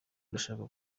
ndashaka